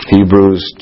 Hebrews